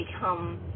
become